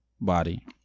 body